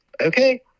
okay